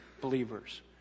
believers